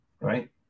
right